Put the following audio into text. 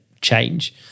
change